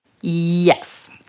Yes